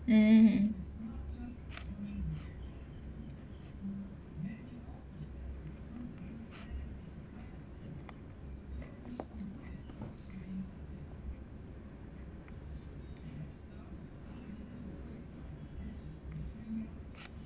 mmhmm